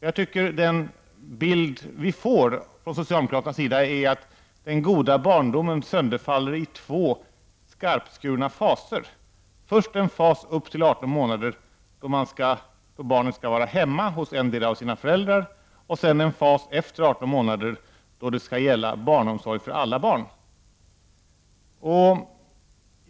Jag tycker att den bild vi får från socialdemokraterna är att den goda barndomen sönderfaller i två skarpskurna faser, först en fas upp till 18 månader då barnet skall vara hemma hos endera av sina föräldrar och sedan en fas efter 18 månader då det skall gälla barnomsorg för alla barn.